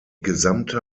gesamte